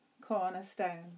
cornerstone